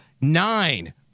nine